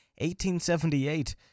1878